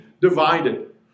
divided